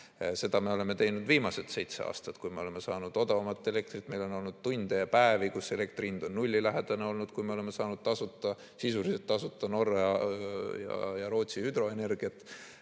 Seda me oleme teinud viimased seitse aastat, kui me oleme saanud odavamat elektrit. Meil on olnud tunde ja päevi, kus elektri hind on nullilähedane olnud, kui me oleme saanud sisuliselt tasuta Norra ja Rootsi hüdroenergiat.